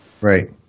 Right